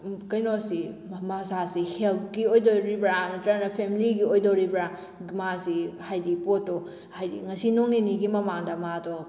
ꯀꯩꯅꯣꯁꯤ ꯃꯁꯥꯁꯤ ꯍꯦꯜꯠꯀꯤ ꯑꯣꯏꯗꯣꯔꯤꯕ꯭ꯔꯥ ꯅꯠꯇ꯭ꯔꯒꯅ ꯐꯦꯃꯦꯂꯤꯒꯤ ꯑꯣꯏꯗꯣꯔꯤꯕ꯭ꯔꯥ ꯃꯥꯁꯤ ꯍꯥꯏꯗꯤ ꯄꯣꯠꯇꯣ ꯍꯥꯏꯗꯤ ꯉꯁꯤ ꯅꯣꯡ ꯅꯤꯅꯤꯒꯤ ꯃꯃꯥꯡꯗ ꯃꯥꯗꯣ